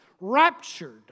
raptured